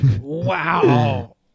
Wow